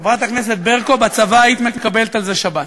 חברת הכנסת ברקו, בצבא היית מקבלת על זה שבת.